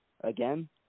Again